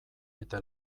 eta